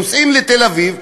נוסעים לתל-אביב,